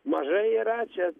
mažai yra čia